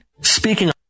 speaking